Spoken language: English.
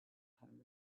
power